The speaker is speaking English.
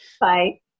Bye